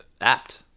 apt